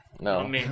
No